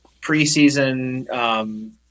preseason